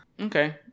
Okay